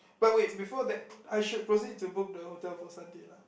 but wait before that I should proceed to book the hotel for Sunday lah